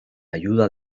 ayuda